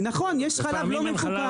נכון, יש חלק לא מפוקח.